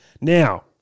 Now